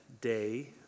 day